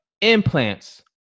implants